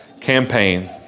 campaign